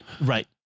Right